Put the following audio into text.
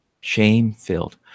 Shame-filled